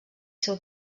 seu